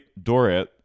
dorit